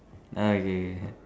err okay